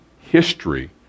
history